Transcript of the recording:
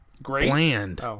bland